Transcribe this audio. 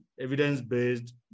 evidence-based